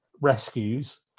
rescues